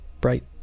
Bright